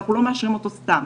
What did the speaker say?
שאנחנו לא מאשרים אותו סתם.